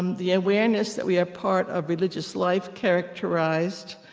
um the awareness that we are part of religious life, characterized